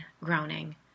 groaning